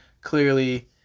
clearly